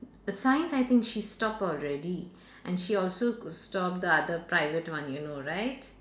the science I think she stop already and she also could stop the other private one you know right